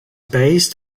based